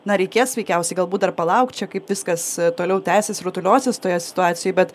na reikės veikiausiai galbūt dar palaukt čia kaip viskas toliau tęsis rutuliosis toje situacijoj bet